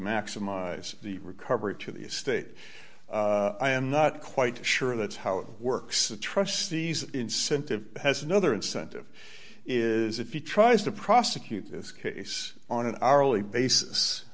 maximize the recovery to the state i am not quite sure that's how it works the trustees incentive has another incentive is if you tries to prosecute this case on an hourly basis